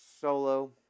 Solo